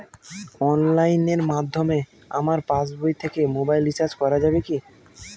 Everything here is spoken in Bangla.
অনলাইনের মাধ্যমে আমার পাসবই থেকে মোবাইল রিচার্জ করা যাবে কি?